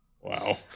Wow